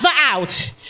out